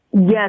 Yes